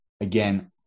Again